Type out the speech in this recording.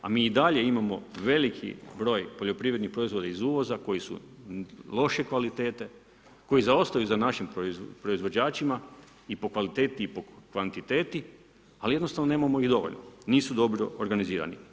A mi i dalje imamo veliki broj poljoprivrednih proizvoda iz uvoza, koji su loše kvaliteta, koje zaostaju za našim proizvođačima i po kvaliteti i po kvantiteti, ali jednostavno nemamo ih dovoljno, nisu dobro organizirani.